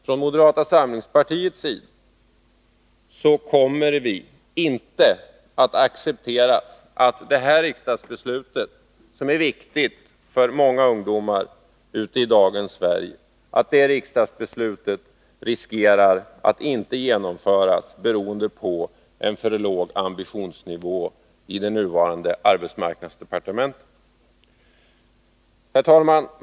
Från moderata samlingspartiets sida kommer vi inte att acceptera att detta riksdagsbeslut, som är viktigt för många ungdomar i dagens Sverige, riskerar att inte genomföras beroende på en för låg ambitionsnivå i arbetsmarknadsdepartementet.